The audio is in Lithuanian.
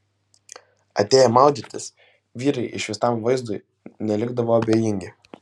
atėję maudytis vyrai išvystam vaizdui nelikdavo abejingi